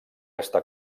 està